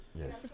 Yes